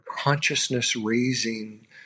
consciousness-raising